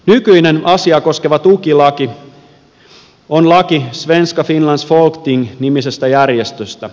nykyinen asiaa koskeva tukilaki on laki svenska finlands folkting nimisestä järjestöstä